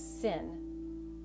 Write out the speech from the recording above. sin